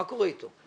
מה קורה אתו?